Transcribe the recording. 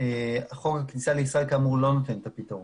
חוק הכניסה לישראל, כאמור, לא נותן את הפתרון.